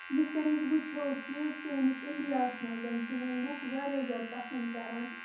یِتھ کٔنۍ أسۍ وٕچھو کہِ سٲنِس اِنٛڈیا ہَس منٛز چھِ وۄنۍ لُکھ واریاہ زیادٕ پَسَنٛد کَران